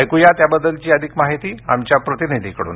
ऐक्या त्याबद्दलची अधिक माहिती आमच्या प्रतिनिधीकडून